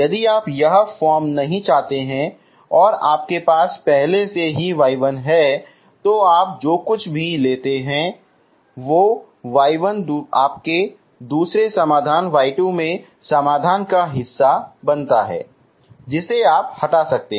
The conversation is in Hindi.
यदि आप यह फॉर्म नहीं चाहते हैं और आपके पास पहले से y1 है तो आप जो कुछ भी लेते हैं यदि y1 आपके दूसरे समाधान y2 में समाधान का हिस्सा है तो आप इसे हटा सकते हैं